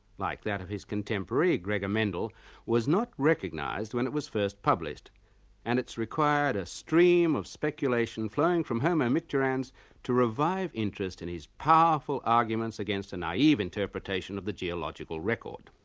like that of his contemporary gregor mendel was not recognised when it was first published and it's required a stream of speculation flowing from homo micturans to revive interest in his powerful arguments against a naive interpretation of the geological record.